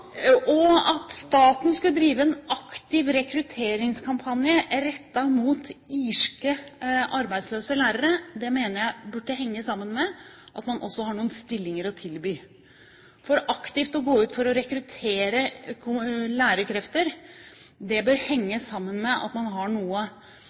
staten skulle drive en aktiv rekrutteringskampanje rettet mot irske, arbeidsløse lærere, mener jeg burde henge sammen med om man også har noen stillinger å tilby, for aktivt å gå ut for å rekruttere lærerkrefter bør henge